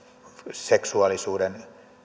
seksuaalisuuden